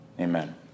Amen